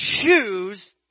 choose